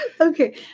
Okay